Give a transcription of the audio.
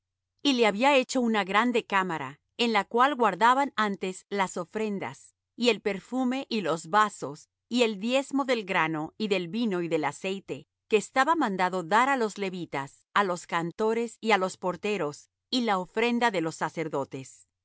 y le había hecho una grande cámara en la cual guardaban antes las ofrendas y el perfume y los vasos y el diezmo del grano y del vino y del aceite que estaba mandado dar á los levitas á los cantores y á los porteros y la ofrenda de los sacerdotes